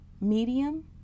medium